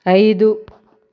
ఐదు